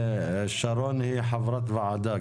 שרון היא גם חברת ועדה,